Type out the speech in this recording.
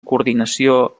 coordinació